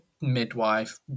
midwife